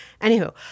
Anywho